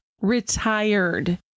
retired